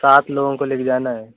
सात लोगों को लेके जाना है